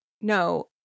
no –